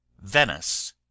Venice